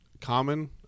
common